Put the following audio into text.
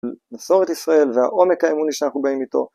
מסורת ישראל והעומק האמוני שאנחנו באים איתו